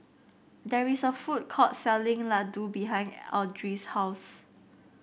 there is a food court selling Laddu behind Audry's house